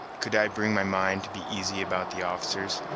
could i bring my mind to be easy about the officers,